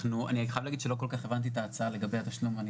אני חייב להגיד שלא כל כך הבנתי את ההצעה לגבי התשלום.